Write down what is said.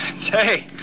Say